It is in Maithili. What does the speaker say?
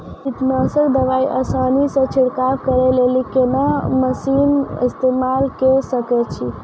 कीटनासक दवाई आसानीसॅ छिड़काव करै लेली लेल कून मसीनऽक इस्तेमाल के सकै छी?